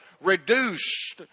reduced